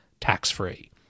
tax-free